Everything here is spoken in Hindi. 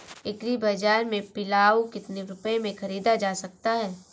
एग्री बाजार से पिलाऊ कितनी रुपये में ख़रीदा जा सकता है?